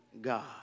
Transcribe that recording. God